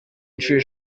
inshuro